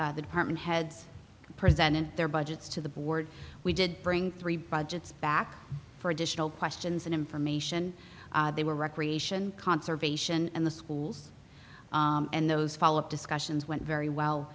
and the department heads presented their budgets to the board we did bring three budgets back for additional questions and information they were recreation conservation in the schools and those follow up discussions went very well